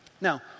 Now